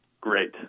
Great